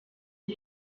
une